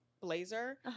blazer